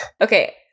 okay